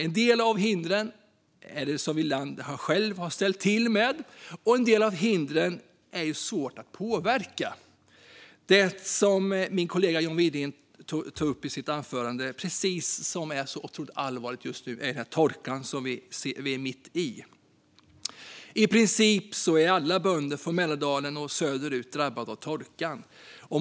En del av hindren har vi som land själva ställt till med, och en del av hindren är svåra att påverka. Ett allvarligt hinder som min kollega John Widegren tog upp i sitt anförande är torkan som vi nu är mitt i. I princip är alla bönder från Mälardalen och söderut drabbade av torkan.